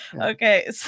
Okay